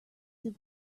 they